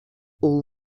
all